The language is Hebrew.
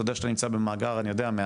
אתה יודע שנמצאים בתוך המאגר מהנדסים,